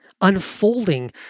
unfolding